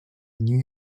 new